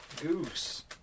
Goose